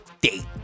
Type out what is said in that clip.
date